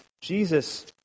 Jesus